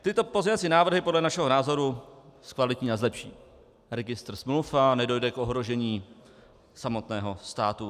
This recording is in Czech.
Tyto pozměňovací návrhy podle našeho názoru zkvalitní a zlepší registr smluv a nedojde k ohrožení samotného státu.